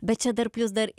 bet čia dar plius dar